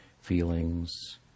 Feelings